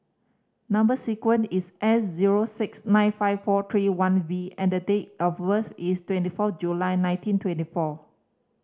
number sequence is S zero six nine five four three one V and the date of birth is twenty four July nineteen twenty four